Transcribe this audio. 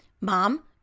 mom